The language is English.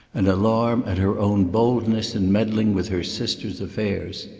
and alarm at her own boldness in meddling with her sister's affairs.